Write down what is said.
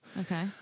Okay